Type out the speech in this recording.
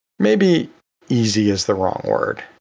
maybe easy is the wrong word.